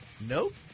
Nope